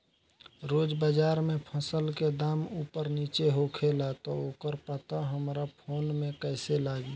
रोज़ बाज़ार मे फसल के दाम ऊपर नीचे होखेला त ओकर पता हमरा फोन मे कैसे लागी?